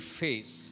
face